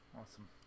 Awesome